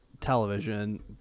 television